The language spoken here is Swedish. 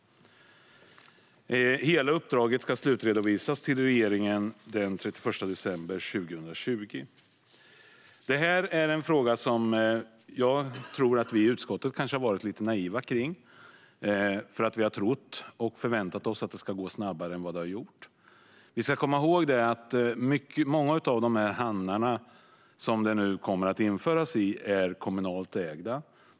Hela uppdraget ska slutredovisas till regeringen den 31 december 2020. Det här är en fråga som jag tror att vi i utskottet kanske har varit naiva kring. Vi har trott och förväntat oss att det ska gå snabbare än vad det har gjort. Vi ska komma ihåg att många av de hamnar som detta nu kommer att införas i är kommunalt ägda.